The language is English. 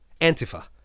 Antifa